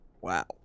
Wow